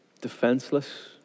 defenseless